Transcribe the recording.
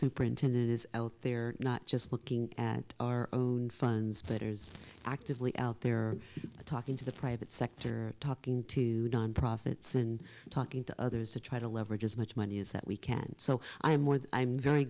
superintendent is out there not just looking at our own funds bitters actively out there talking to the private sector talking to nonprofits and talking to others to try to leverage as much money as that we can so i'm more than i'm very